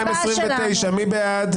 1,234 מי בעד?